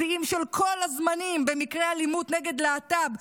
שיאים של כל הזמנים במקרי אלימות נגד להט"ב,